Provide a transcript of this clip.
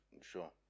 sure